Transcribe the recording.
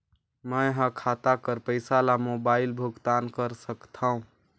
मैं ह खाता कर पईसा ला मोबाइल भुगतान कर सकथव?